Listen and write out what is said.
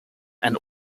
and